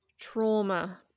trauma